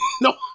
No